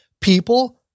People